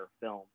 film